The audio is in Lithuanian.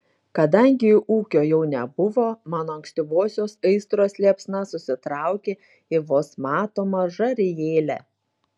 kadangi ūkio jau nebuvo mano ankstyvosios aistros liepsna susitraukė į vos matomą žarijėlę